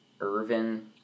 Irvin